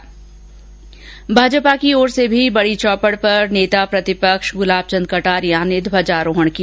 इधर भाजपा की ओर से भी बड़ी चौपड़ पर नेता प्रतिपक्ष गुलाब चन्द कटारिया ने ध्वजारोहण किया